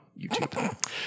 youtube